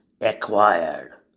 acquired